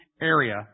area